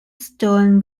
stone